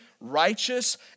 righteous